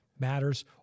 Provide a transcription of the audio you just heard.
matters